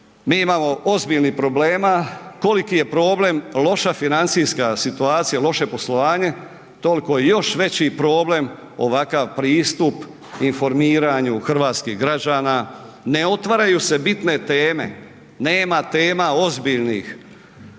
mi imamo ozbiljnih problema, koliko je problem loša financijska situacija, loše poslovanje, toliko je još veći problem ovakav pristup informiranju hrvatskih građana, ne otvaraju se bitne teme, nema tema ozbiljnih